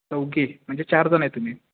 okay म्हणजे चार जण आहे तुम्ही